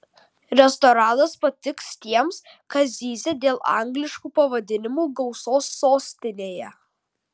restoranas patiks tiems kas zyzia dėl angliškų pavadinimų gausos sostinėje